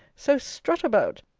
so strut about,